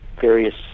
various